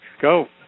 Go